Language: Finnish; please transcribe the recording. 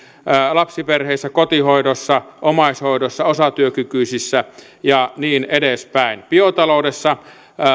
lapsiperheissä kotihoidossa omaishoidossa osatyökykyisissä ja niin edespäin biotaloudessa